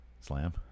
Slam